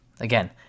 again